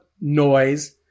noise